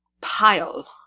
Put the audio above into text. pile